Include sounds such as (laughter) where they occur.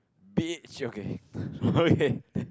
beach okay (laughs) okay